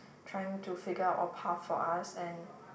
trying to figure out a path for us and